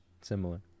Similar